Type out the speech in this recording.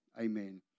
Amen